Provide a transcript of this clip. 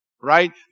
right